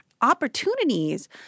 Opportunities